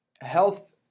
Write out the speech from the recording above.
health